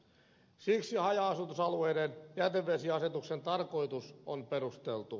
siksi haja asutusalueiden jätevesiasetuksen tarkoitus on perusteltu